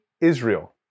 Israel